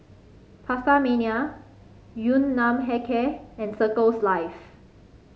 PastaMania Yun Nam Hair Care and Circles Life